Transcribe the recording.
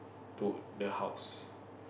to the house